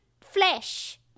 flesh